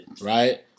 Right